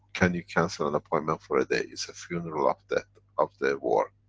can you cancel an appointment for a day? it's a funeral of death, of the war.